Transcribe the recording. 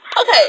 Okay